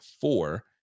four